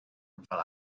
fel